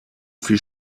viel